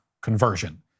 conversion